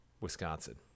Wisconsin